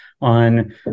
on